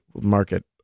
market